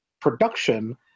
production